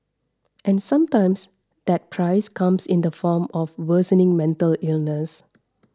and sometimes that price comes in the form of worsening mental illness